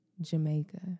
Jamaica